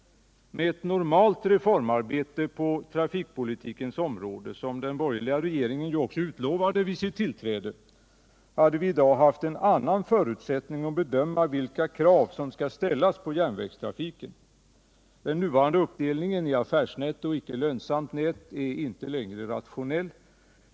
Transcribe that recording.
Med ett normalt reformarbete på trafikpolitikens område, som den borgerliga regeringen ju också utlovade vid sitt tillträde, hade vi i dag haft en annan förutsättning att bedöma vilka krav som skall ställas på järnvägstrafiken. Den nuvarande uppdelningen i affärsnät och icke lönsamt nät är inte längre rationell.